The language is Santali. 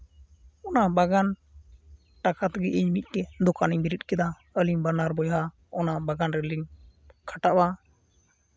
ᱚᱱᱟ ᱵᱟᱜᱟᱱ ᱴᱟᱠᱟ ᱛᱮᱜᱮ ᱤᱧ ᱢᱤᱫᱴᱮᱱ ᱫᱚᱠᱟᱱᱤᱧ ᱵᱤᱨᱤᱫ ᱠᱮᱫᱟ ᱟᱹᱞᱤᱧ ᱵᱟᱱᱟᱨ ᱵᱚᱭᱦᱟ ᱚᱱᱟ ᱵᱟᱜᱟᱱ ᱨᱮᱞᱤᱧ ᱠᱷᱟᱴᱟᱣᱚᱜᱼᱟ